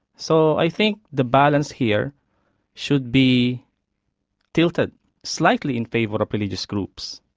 so i think the balance here should be filtered slightly in favour of religious groups.